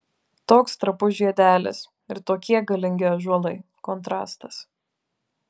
toks trapus žiedelis ir tokie galingi ąžuolai kontrastas